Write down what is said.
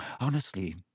Honestly